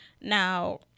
Now